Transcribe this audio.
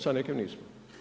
Sa nekim nismo.